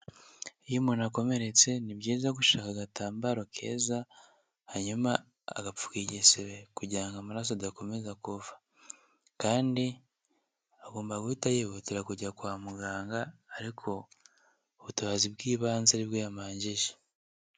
Iyo umuntu akomeretse, ni byiza gushaka agatambaro keza, hanyuma agapfuka igesebe kugira ngo amaraso adakomeza kuva kandi agomba guhita yihutira kujya kwa muganga ariko ubutabazi bw'ibanze ari bwo yamanjije.